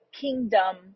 kingdom